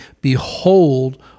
Behold